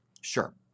sure